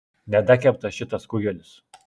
nedakeptas šitas kugelis